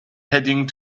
heading